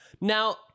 now